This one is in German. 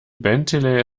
bentele